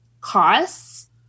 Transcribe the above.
costs